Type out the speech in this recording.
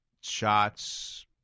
shots